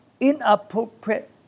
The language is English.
inappropriate